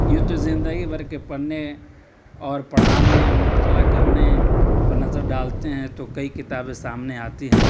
یوں تو زندگی بھر کے پرھنے اور پڑھانے یا مطالعہ کرنے پر نظر ڈالتے ہیں تو کئی کتابیں سامنے آتی ہیں